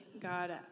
God